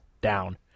down